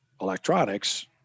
electronics